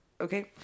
Okay